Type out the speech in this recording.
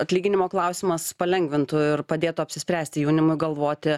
atlyginimo klausimas palengvintų ir padėtų apsispręsti jaunimui galvoti